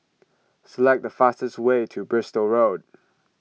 select the fastest way to Bristol Road